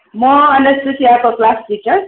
म अनुशिष्याको class teacher